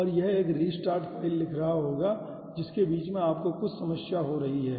और यह एक रीस्टार्ट फ़ाइल लिख रहा होगा जिसके बीच में आपको कुछ समस्या हो रही है